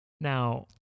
Now